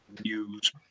news